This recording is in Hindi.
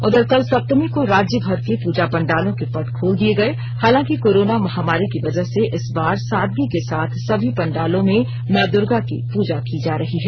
उधर कल सप्तमी को राज्यभर के पूजा पंडालों के पट खोल दिए गए हालांकि कोरोना महामारी की वजह से इस बार सादगी के साथ सभी पंडालों में मां दुर्गा की पूजा की जा रही है